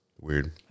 Weird